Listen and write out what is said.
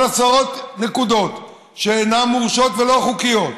אבל עשרות נקודות שאינן מורשות ולא חוקיות,